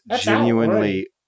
genuinely